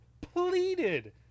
pleaded